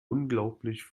unglaublich